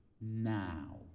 now